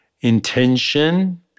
intention